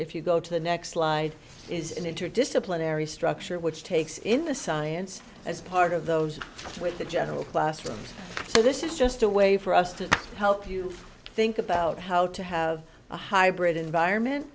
if you go to the next slide is an interdisciplinary structure which takes in the science as part of those with the general classroom so this is just a way for us to help you think about how to have a hybrid environment